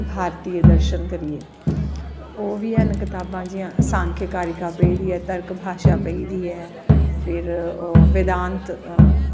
भारतिय दर्शन करियै ओह् बी हैन कताबां जियां सांहिका कारिका पेदी ऐ इक भाशा पेई दी ऐ फिर वेदांत करियै कताब ऐ